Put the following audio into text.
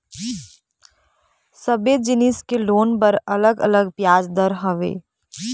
सबे जिनिस के लोन बर अलग अलग बियाज दर हवय